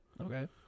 Okay